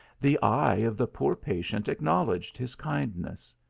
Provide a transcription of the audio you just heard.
the eye of the poor pa tient acknowledged his kindness.